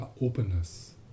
openness